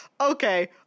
okay